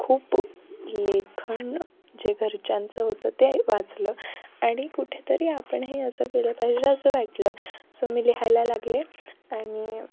खूप लेखन जे घरच्यांचं होतं ते वाचलं आणि कुठेतरी आपणही असं केलं पाहिजे असं वाटलं सो मी लिहायला लागले आणि